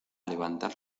levantar